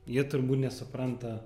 jie turbūt nesupranta